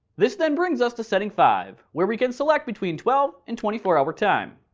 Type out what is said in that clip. this then brings us to setting five where we can select between twelve and twenty four hour time.